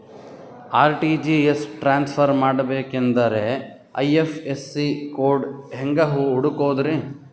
RTGS transfer ಮಾಡಬೇಕೆಂದರೆ IFSC code ಹೆಂಗ್ ಹುಡುಕೋದ್ರಿ?